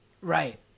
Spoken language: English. right